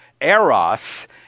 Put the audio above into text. eros